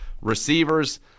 Receivers